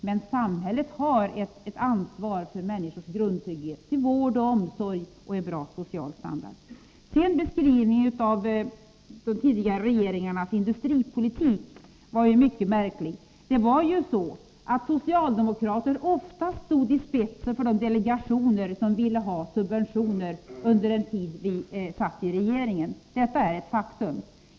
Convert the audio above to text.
Men samhället har ett ansvar för människors grundtrygghet — vård, omsorg och en bra social standard. Beskrivningen av de tidigare regeringarnas industripolitik var mycket märklig. Det var ju så att socialdemokrater ofta stod i spetsen för de delegationer som ville ha subventioner under den tid vi satt i regeringen. Detta är faktum.